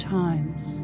times